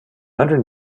hundred